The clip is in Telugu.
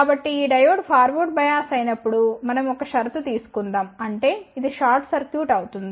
కాబట్టి ఈ డయోడ్ ఫార్వర్డ్ బయాస్ అయినప్పుడు మనం ఒక షరతు తీసుకుందాం అంటే ఇది షార్ట్ సర్క్యూట్ అవుతుంది